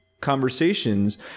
conversations